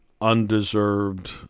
undeserved